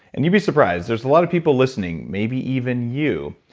and you'd be surprised. there's a lot of people listening maybe even you,